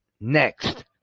Next